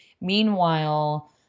meanwhile